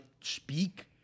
speak